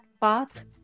path